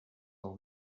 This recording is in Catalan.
del